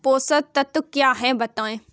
पोषक तत्व क्या होते हैं बताएँ?